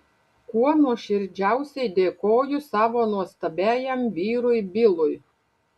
kuo nuoširdžiausiai dėkoju savo nuostabiajam vyrui bilui